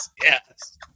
Yes